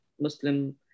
Muslim